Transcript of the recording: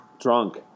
Drunk